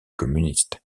communiste